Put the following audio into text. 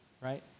right